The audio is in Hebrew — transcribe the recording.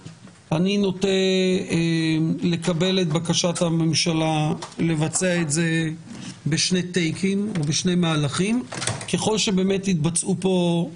אני עוד לא קיבלתי תשובה לבקשתי ובכל זאת קורים דברים.